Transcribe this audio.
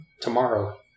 tomorrow